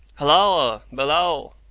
halloa! below!